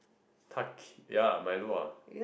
tuck ya Milo ah